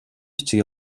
бичиг